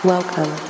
Welcome